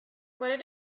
what